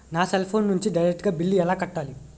నా cell phone నుంచి direct గా బిల్లు ఎలా కట్టాలి?